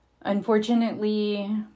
unfortunately